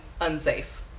unsafe